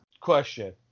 Question